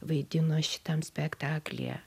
vaidino šitam spektaklyje